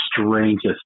strangest